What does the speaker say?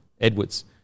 Edwards